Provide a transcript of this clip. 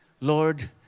Lord